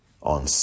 On